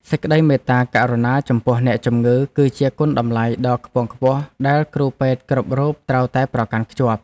សេចក្តីមេត្តាករុណាចំពោះអ្នកជំងឺ គឺជាគុណតម្លៃដ៏ខ្ពង់ខ្ពស់ដែលគ្រូពេទ្យគ្រប់រូបត្រូវតែប្រកាន់ខ្ជាប់។